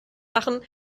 machen